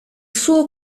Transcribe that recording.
suo